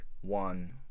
one